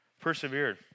persevered